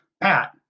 Pat